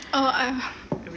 oh ah